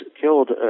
killed